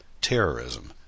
terrorism